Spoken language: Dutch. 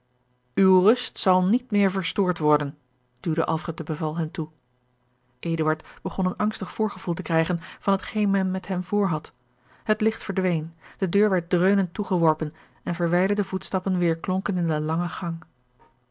rust zal niet meer verstoord worden duwde alfred de beval hem toe eduard begon een angstig voorgevoel te krijgen van hetgeen men met hem voor had het licht verdween de deur werd dreunend toegeworpen en verwijderde voetstappen weêrklonken in den langen gang